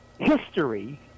history